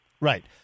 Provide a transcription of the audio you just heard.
Right